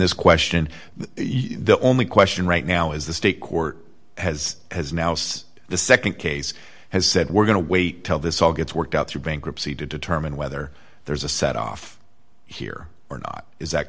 this question the only question right now is the state court has has now since the nd case has said we're going to wait till this all gets worked out through bankruptcy to determine whether there's a set off here or not is that